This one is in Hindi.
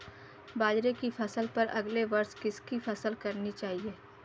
बाजरे की फसल पर अगले वर्ष किसकी फसल करनी चाहिए?